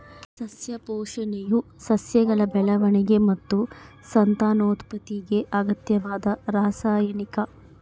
ಸಸ್ಯ ಪೋಷಣೆಯು ಸಸ್ಯಗಳ ಬೆಳವಣಿಗೆ ಮತ್ತು ಸಂತಾನೋತ್ಪತ್ತಿಗೆ ಅಗತ್ಯವಾದ ರಾಸಾಯನಿಕ